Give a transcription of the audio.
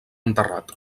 enterrat